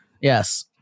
Yes